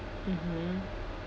mmhmm